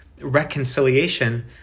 Reconciliation